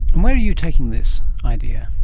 where are you taking this idea?